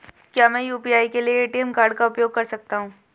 क्या मैं यू.पी.आई के लिए ए.टी.एम कार्ड का उपयोग कर सकता हूँ?